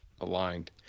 aligned